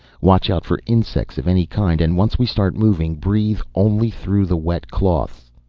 watch out for insects of any kind and once we start moving breathe only through the wet cloths.